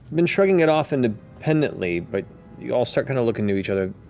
been shrugging it off and independently, but you all start kind of looking to each other,